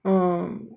uh